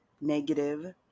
negative